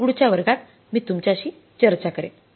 पुढच्या वर्गात मी तुमच्याशी चर्चा करेन